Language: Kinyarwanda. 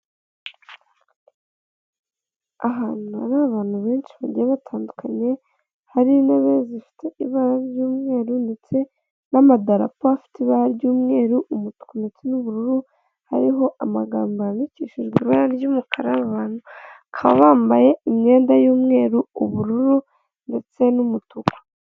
Ahantu hari abantu benshi bagiye batandukanye hari intebe zifite ibara ry'umweru ndetse n'amadarapo afite ibara ry'umweru umutuku ndetse n'ubururu hariho amagambo yandikishijwe ibara ry'umukara n'abantu bakaba bambaye imyenda y'umweru ubururu ndetse n'umutuku.